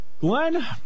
Glenn